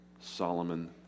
Solomon